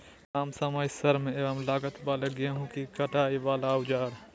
काम समय श्रम एवं लागत वाले गेहूं के कटाई वाले औजार?